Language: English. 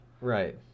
Right